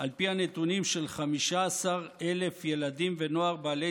על פי הנתונים של 15,000 ילדים ונוער בעלי